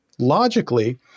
Logically